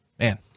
Man